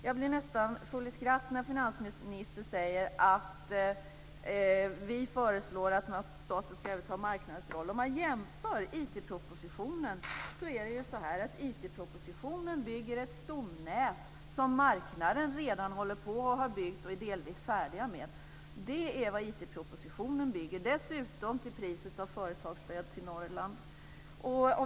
Jag blev nästan full i skratt när finansministern sade att vi föreslår att staten ska överta marknadens roll. IT-propositionen innehåller en satsning på ett stomnät som marknaden redan håller på att bygga och delvis är färdig med. Det är vad IT propositionen bygger på, dessutom till priset av företagsstöd till Norrland.